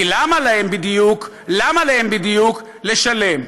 כי למה להם בדיוק, למה להם בדיוק לשלם?